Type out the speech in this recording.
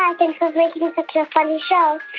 um thanks for making such a funny show